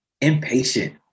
impatient